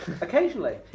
occasionally